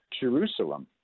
Jerusalem